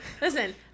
listen